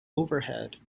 overhead